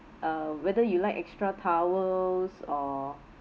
uh whether you like extra towels or